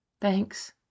Thanks